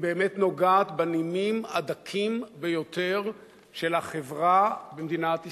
היא באמת נוגעת בנימים הדקים ביותר של החברה במדינת ישראל,